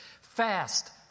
Fast